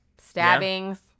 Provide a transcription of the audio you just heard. Stabbings